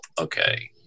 Okay